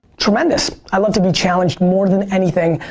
tremendous. i love to be challenged more than anything.